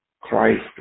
Christ